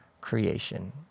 creation